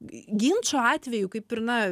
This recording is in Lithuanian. ginčo atveju kaip ir na